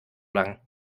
lang